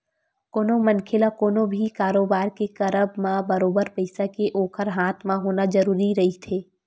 कोनो मनखे ल कोनो भी कारोबार के करब म बरोबर पइसा के ओखर हाथ म होना जरुरी रहिथे